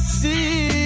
see